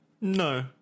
No